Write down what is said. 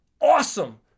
awesome